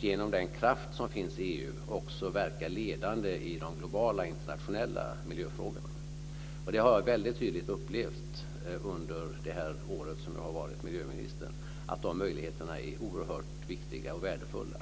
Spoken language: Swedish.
Genom den kraft som finns i EU kan vi också verka ledande i de globala, internationella miljöfrågorna. Detta har jag upplevt väldigt tydligt under det år som jag har varit miljöminister. De här möjligheterna är oerhört viktiga och värdefulla.